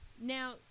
Now